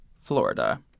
Florida